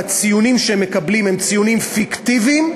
והציונים שהם מקבלים הם ציונים פיקטיביים.